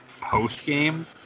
post-game